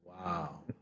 Wow